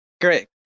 Great